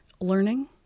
learning